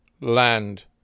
land